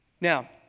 Now